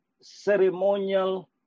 ceremonial